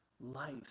life